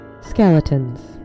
skeletons